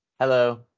Hello